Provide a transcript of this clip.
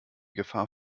gefahr